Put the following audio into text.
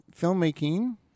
filmmaking